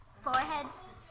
foreheads